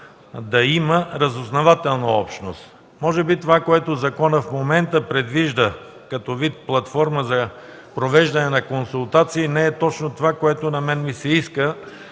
да има разузнавателна общност. Може би онова, което законът в момента предвижда като вид платформа за провеждане на консултации, не е точно това, което на мен ми се иска.